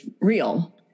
real